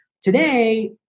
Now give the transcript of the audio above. Today